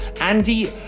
Andy